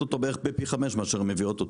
אותו בעצם בפי חמישה מאשר שהן מביאות אותו.